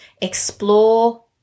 explore